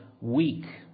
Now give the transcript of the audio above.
weak